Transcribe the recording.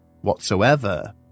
whatsoever